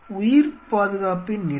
உயிர்பாதுகாப்பின் நிலை